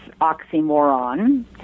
oxymoron